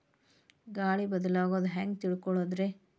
ಗಾಳಿ ಬದಲಾಗೊದು ಹ್ಯಾಂಗ್ ತಿಳ್ಕೋಳೊದ್ರೇ?